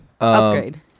Upgrade